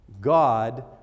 God